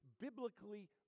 biblically